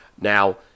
Now